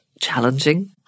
challenging